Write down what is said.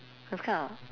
those kind of